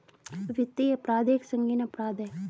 वित्तीय अपराध एक संगीन अपराध है